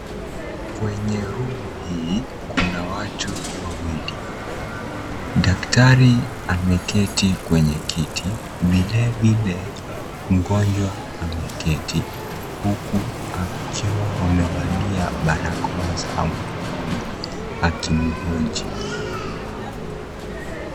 Kwenye room hii, kuna watu wawili. Daktari ameketi kwenye kiti, vilevile mgonjwa ameketi, huku wakiwa wamevalia balakoa zao mdomoni, akimhoji.